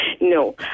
no